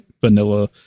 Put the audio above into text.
vanilla